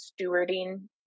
stewarding